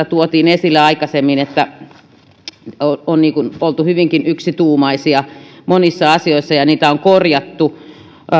tuotiin esille aikaisemmin että on oltu hyvinkin yksituumaisia monissa asioissa ja niitä on korjattu